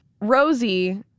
Rosie